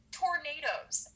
tornadoes